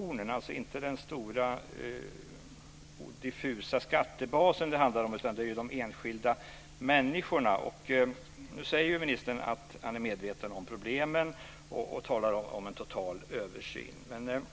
Det är inte den stora och diffusa skattebasen som det handlar om utan om de enskilda människorna. Nu säger ministern att han är medveten om problemen och talar om en total översyn, men